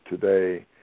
today